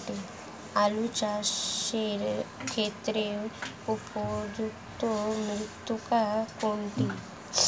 আলু চাষের ক্ষেত্রে উপযুক্ত মৃত্তিকা কোনটি?